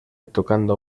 tocando